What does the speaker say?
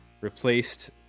replaced